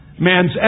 man's